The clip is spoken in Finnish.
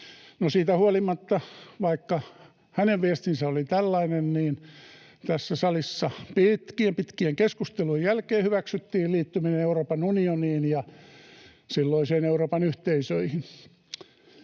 siitä huolimatta, vaikka hänen viestinsä oli tällainen, tässä salissa pitkien, pitkien keskustelujen jälkeen hyväksyttiin liittyminen Euroopan unioniin ja silloiseen Euroopan yhteisöön.